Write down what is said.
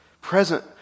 present